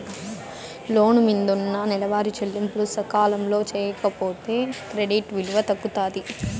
లోను మిందున్న నెలవారీ చెల్లింపులు సకాలంలో సేయకపోతే క్రెడిట్ విలువ తగ్గుతాది